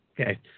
Okay